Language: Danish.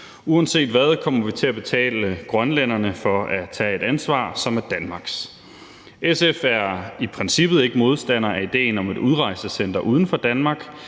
Uanset hvad, kommer vi til at betale grønlænderne for at tage et ansvar, som er Danmarks. SF er i princippet ikke modstandere af idéen om et udrejsecenter uden for Danmark,